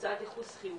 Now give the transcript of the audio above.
קבוצת ייחוס חיובית,